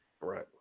Right